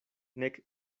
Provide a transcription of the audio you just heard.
nek